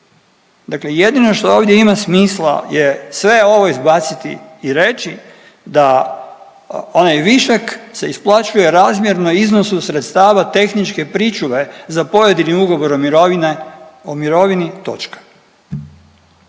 Dakle, jedino što ovdje ima smisla je sve ovo izbaciti i reći da onaj višak se isplaćuje razmjerno iznosu sredstava tehničke pričuve za pojedini ugovor o mirovini točka.